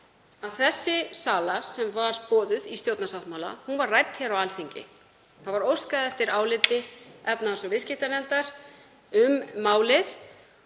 þessi sala, sem boðuð var í stjórnarsáttmála, var rædd á Alþingi. Það var óskað eftir áliti efnahags- og viðskiptanefndar um málið